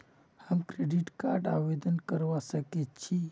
हम credit card आवेदन करवा संकोची?